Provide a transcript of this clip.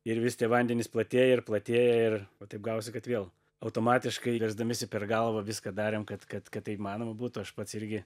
ir vis tie vandenys platėja ir platėja ir va taip gavosi kad vėl automatiškai versdamiesi per galvą viską darėm kad kad kad tai įmanoma būtų aš pats irgi